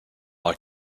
our